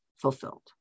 fulfilled